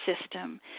system